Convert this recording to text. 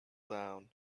down